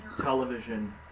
television